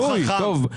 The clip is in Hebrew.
זה הזוי, טוב.